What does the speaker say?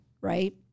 right